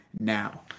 now